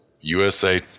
USA